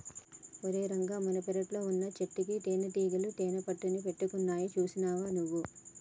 ఓరై రంగ మన పెరట్లో వున్నచెట్టుకి తేనటీగలు తేనెపట్టుని పెట్టినాయి సూసావా నువ్వు